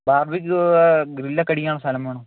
barbecue grill ഒക്കെ അടിക്കാനുള്ള സ്ഥലം വേണം